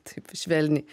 taip švelniai